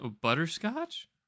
butterscotch